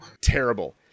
terrible